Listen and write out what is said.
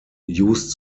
used